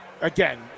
again